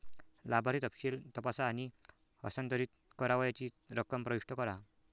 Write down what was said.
लाभार्थी तपशील तपासा आणि हस्तांतरित करावयाची रक्कम प्रविष्ट करा